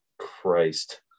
Christ